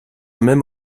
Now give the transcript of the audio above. même